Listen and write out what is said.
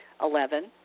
Eleven